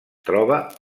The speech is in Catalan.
troba